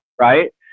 right